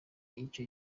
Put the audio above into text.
ico